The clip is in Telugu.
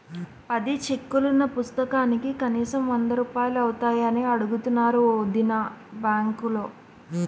పది చెక్కులున్న పుస్తకానికి కనీసం వందరూపాయలు అవుతాయని అడుగుతున్నారు వొదినా బాంకులో